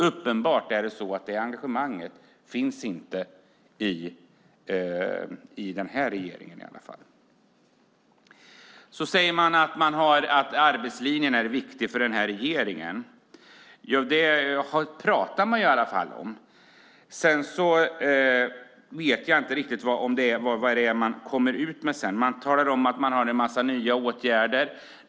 Uppenbarligen finns inte det engagemanget i den här regeringen. Man säger att arbetslinjen är viktig för den här regeringen. Det pratar man i alla fall om. Jag vet inte riktigt vad det är man kommer ut med sedan. Man talar om att man har en massa nya åtgärder.